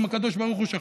גם הקדוש-ברוך-הוא שכחן.